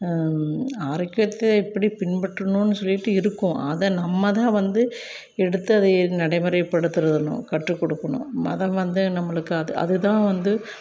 ஆரோக்கியத்தை எப்படி பின்பற்றணுன்னு சொல்லிட்டு இருக்கும் அதை நம்ம தான் வந்து எடுத்து அதை நடைமுறைப்படுத்துறதுணும் கற்றுக்கொடுக்கணும் மதம் வந்து நம்மளுக்கு அது அது தான் வந்து